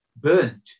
burnt